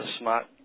smart